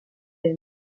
temps